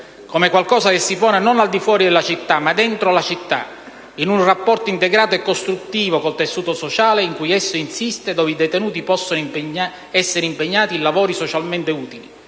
come qualcosa che si pone non al di fuori della città, ma dentro la città, in un rapporto integrato e costruttivo con il tessuto sociale in cui esso insiste, dove i detenuti possono essere impegnati in lavori socialmente utili.